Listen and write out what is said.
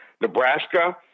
Nebraska